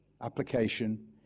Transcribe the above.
application